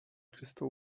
czysto